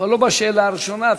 אבל לא בשאלה הראשונה.